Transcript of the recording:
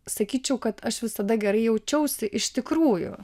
sakyčiau kad aš visada gerai jaučiausi iš tikrųjų